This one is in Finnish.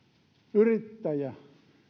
yrittäjä